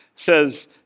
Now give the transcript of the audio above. says